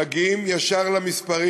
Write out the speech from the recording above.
מגיעים ישר למספרים.